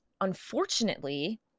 unfortunately